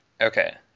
Okay